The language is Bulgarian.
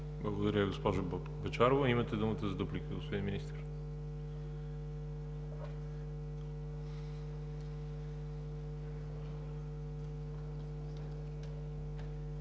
Благодаря Ви, госпожо Бъчварова. Имате думата за дуплика, господин Министър.